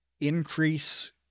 increase